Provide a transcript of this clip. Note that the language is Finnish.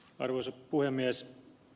arvoisa puhemies